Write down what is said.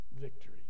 victory